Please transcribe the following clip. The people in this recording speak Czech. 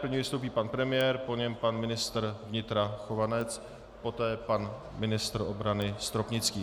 Prvně vystoupí pan premiér, po něm pan ministr vnitra Chovanec, poté pan ministr obrany Stropnický.